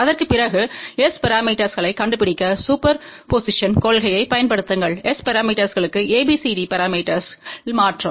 அதற்குப் பிறகு S பரமீட்டர்ஸ்க்களைக் கண்டுபிடிக்க சூப்பர் போசிஷன் கொள்கையைப் பயன்படுத்துங்கள் S பரமீட்டர்ஸ்க்களுக்கு ABCD பரமீட்டர்ஸ் மாற்றம்